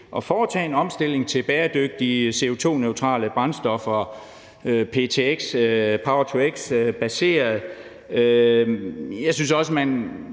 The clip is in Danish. at foretage en omstilling til bæredygtige, CO2-neutrale brændstoffer, power-to-x-baseret. Man opererer også i